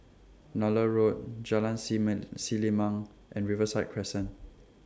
Nallur Road Jalan semen Selimang and Riverside Crescent